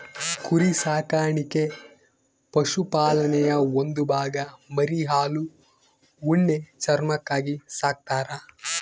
ಕುರಿ ಸಾಕಾಣಿಕೆ ಪಶುಪಾಲನೆಯ ಒಂದು ಭಾಗ ಮರಿ ಹಾಲು ಉಣ್ಣೆ ಚರ್ಮಕ್ಕಾಗಿ ಸಾಕ್ತರ